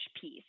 piece